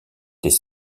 des